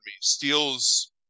steals